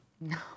No